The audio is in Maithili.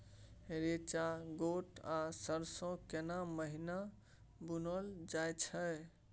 रेचा, गोट आ सरसो केना महिना बुनल जाय छै?